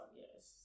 yes